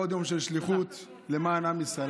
לעוד יום של שליחות למען עם ישראל,